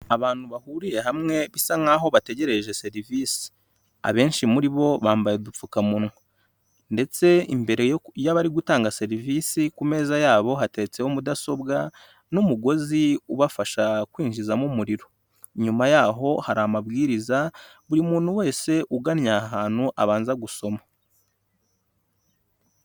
Abantu bahuriye hamwe bisa nkaho bategereje serivise abenshi muri bo bambaye udupfukamunwa ndetse imbere y'abari gutanga serivise ku meza yabo hatetseho mudasobwa n'umugozi ubafasha kwinjizamo umuriro, inyuma yaho hari amabwiriza buri muntu wese ugannye aha hantu abanza gusoma.